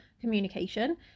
communication